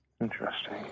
Interesting